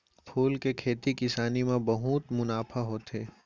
फूल के खेती किसानी म बहुत मुनाफा होथे